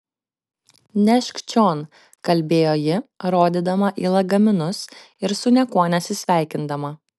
nešk čion kalbėjo ji rodydama į lagaminus ir su niekuo nesisveikindama